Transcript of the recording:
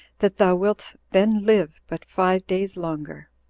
that thou wilt then live but five days longer.